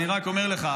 אני רק אומר לך,